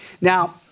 Now